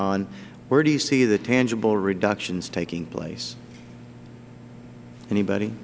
on where do you see the tangible reductions taking place anybody